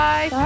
Bye